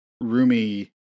Rumi